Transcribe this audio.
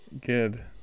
Good